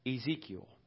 Ezekiel